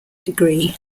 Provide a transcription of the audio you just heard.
degree